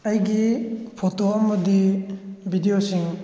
ꯑꯩꯒꯤ ꯐꯣꯇꯣ ꯑꯃꯗꯤ ꯕꯤꯗꯤꯑꯣꯁꯤꯡ